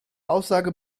aussage